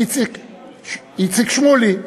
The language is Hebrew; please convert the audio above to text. איציק שמולי,